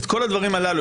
את כל הדברים הללו,